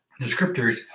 descriptors